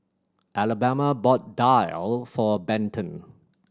Alabama bought daal for Benton